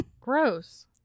Gross